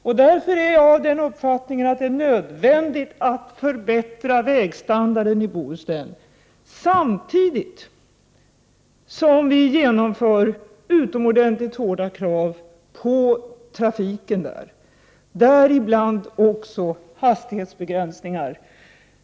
Jag har därför den uppfattningen, att det är nödvändigt att förbättra vägstandarden i Bohuslän, samtidigt som utomordentligt hårda krav införs för trafiken, däribland också hastighetsbegränsningar.